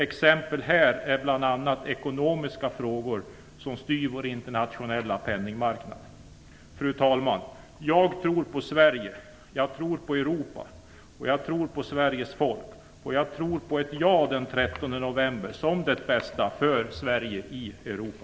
Exempel är bl.a. ekonomiska frågor som styr vår internationella penningmarknad. Fru talman! Jag tror på Sverige. Jag tror på Europa. Jag tror på Sveriges folk. Jag tror på ett ja den 13 november som det bästa för Sverige i Europa!